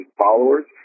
followers